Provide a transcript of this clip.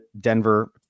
Denver